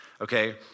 okay